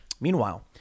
Meanwhile